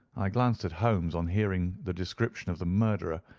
i glanced at holmes on hearing the description of the murderer,